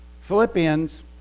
Philippians